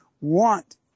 want